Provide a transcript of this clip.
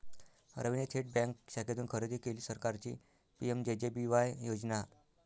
रवीने थेट बँक शाखेतून खरेदी केली सरकारची पी.एम.जे.जे.बी.वाय योजना